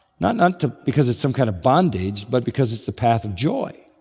not and because it's some kind of bondage, but because it's the path of joy.